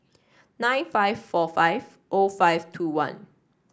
nine five four five O five two one